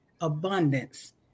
Abundance